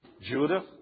Judith